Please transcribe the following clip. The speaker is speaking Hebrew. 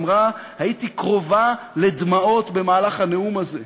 אמרה: הייתי קרובה לדמעות במהלך הנאום הזה.